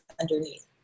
underneath